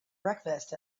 breakfast